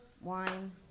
wine